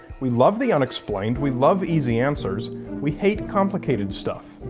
we love the unexplained we love easy answers we hate complicated stuff.